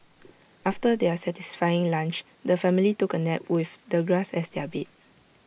after their satisfying lunch the family took A nap with the grass as their bed